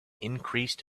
increased